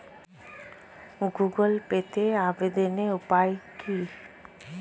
Google পেতে আবেদনের উপায় কি?